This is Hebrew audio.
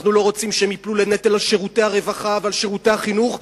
אנחנו לא רוצים שהם ייפלו לנטל על שירותי הרווחה ועל שירותי החינוך,